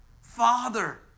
Father